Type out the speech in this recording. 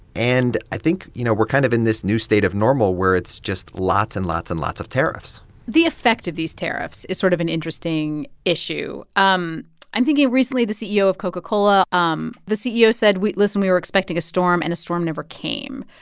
and i think, you know, we're kind of in this new state of normal where it's just lots and lots and lots of tariffs the effect of these tariffs is sort of an interesting issue. um i'm thinking of recently the ceo of coca-cola. um the ceo said, listen, we were expecting a storm, and a storm never came.